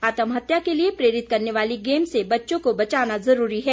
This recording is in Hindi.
आत्महत्या के लिए प्रेरित करने वाली गेम से बच्चों को बचाना जरूरी है